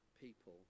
people